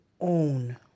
own